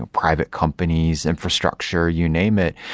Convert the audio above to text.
ah private companies, infrastructure, you name it,